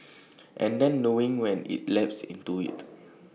and then knowing when IT lapse into IT